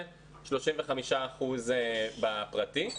ו-35% בפרטי.